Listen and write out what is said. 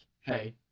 hey